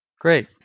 great